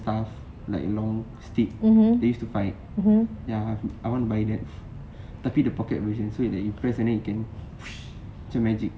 stuff like long steep they use to fight ya I want buy that tapi the pocket version so if you press like you can macam magic